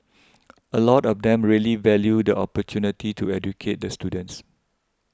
a lot of them really value the opportunity to educate the students